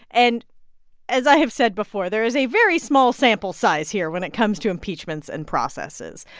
and as i have said before, there is a very small sample size here when it comes to impeachments and processes.